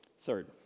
Third